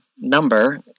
number